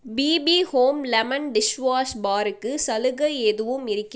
BP home lemon dishwash பாருக்கு சலுகை எதுவும் இருக்கிறதா